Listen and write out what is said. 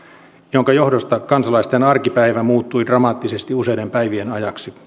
jonka johdosta kansalaisten arkipäivä muuttui dramaattisesti useiden päivien ajaksi